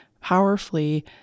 powerfully